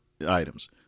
items